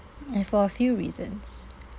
and for a few reasons